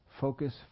focus